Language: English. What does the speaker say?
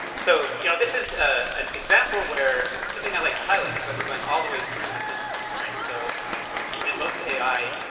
so you know this is ah an example where the thing i like to highlight is that we're going all the way through the system, right? so in most ai,